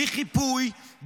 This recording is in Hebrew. בלי חיפוי,